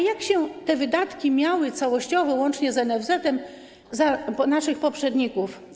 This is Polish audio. Jak się te wydatki miały całościowo, łącznie z NFZ, za naszych poprzedników?